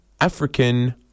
African